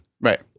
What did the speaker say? Right